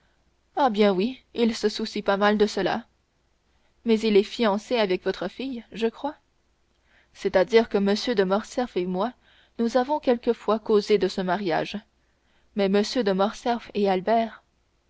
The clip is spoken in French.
ah bien oui il se soucie pas mal de cela mais il est fiancé avec votre fille je crois c'est-à-dire que m de morcerf et moi nous avons quelquefois causé de ce mariage mais mme de morcerf et albert